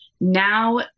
now